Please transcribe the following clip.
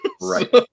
Right